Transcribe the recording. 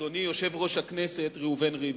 אדוני יושב-ראש הכנסת ראובן ריבלין,